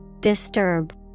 Disturb